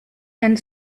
and